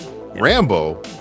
Rambo